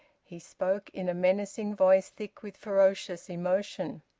he spoke in a menacing voice thick with ferocious emotion.